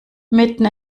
mitten